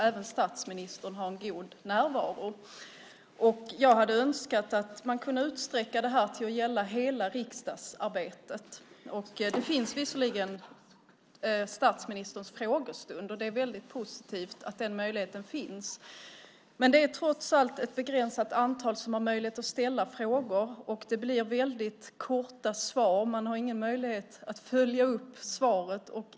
Även statsministern har en god närvaro. Jag hade önskat att man hade kunnat utsträcka det till att gälla hela riksdagsarbetet. Statsministerns frågestund finns visserligen. Det är väldigt positivt att den möjligheten finns. Men det är trots allt ett begränsat antal som har möjlighet att ställa frågor, och det blir väldigt korta svar. Man har ingen möjlighet att följa upp svaret.